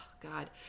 God